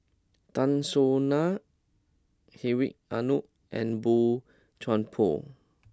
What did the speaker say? Tan Soo Nan Hedwig Anuar and Boey Chuan Poh